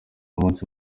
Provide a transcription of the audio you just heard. umunsi